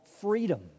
freedom